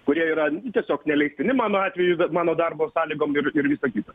kurie yra tiesiog neleistini mano atveju bet mano darbo sąlygom ir ir visa kita